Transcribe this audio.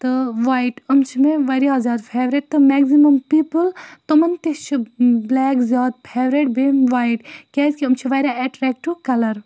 تہٕ وایِٹ یِم چھِ مےٚ واریاہ زیادٕ فیورِٹ تہٕ مٮ۪گزِمَم پیٖپٕل تِمَن تہِ چھِ بٕلیک زیادٕ فیورِٹ بیٚیہِ یِم وایِٹ کیٛازِکہِ یِم چھِ واریاہ اٮ۪ٹریکٹِو کَلَر